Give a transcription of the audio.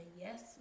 yes